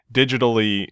digitally